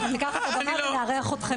אנחנו ניקח את הבמה ונארח אתכם.